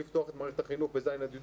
לפתוח את מערכת החינוך מ-ז' עד י"ב.